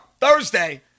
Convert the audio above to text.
Thursday